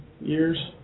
years